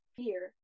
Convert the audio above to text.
fear